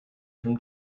from